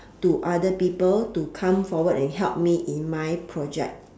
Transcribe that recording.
to other people to come forward and help me in my project